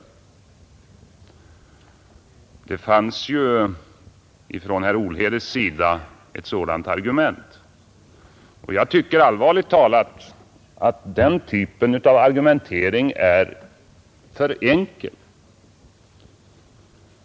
i herr Olhedes inlägg fanns ju ett sådant argument, och jag tycker allvarligt talat att den typen av argumentering är för enkel.